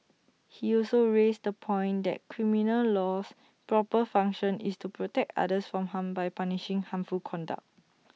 he also raised the point that criminal law's proper function is to protect others from harm by punishing harmful conduct